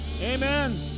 Amen